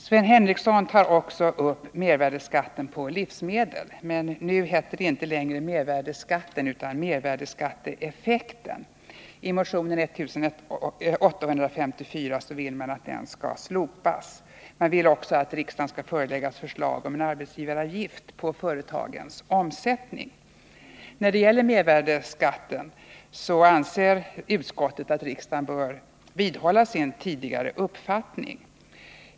Sven Henricsson tar också upp mervärdeskatten på livsmedel, men nu heter det inte längre mervärdeskatten utan mervärdeskatteeffekten — i motion 1854 vill man att den skall slopas. Man vill också att riksdagen skall föreläggas förslag om en arbetsgivaravgift på företagens omsättning. När det gäller mervärdeskatten anser utskottet att riksdagen bör vidhålla sin tidigare uppfattning.